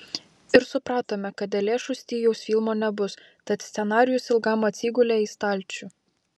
ir supratome kad dėl lėšų stygiaus filmo nebus tad scenarijus ilgam atsigulė į stalčių